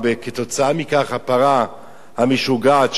וכתוצאה מכך הפרה המשוגעת,